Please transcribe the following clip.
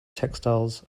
textiles